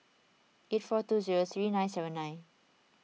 eight four two zero three nine seven nine